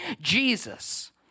Jesus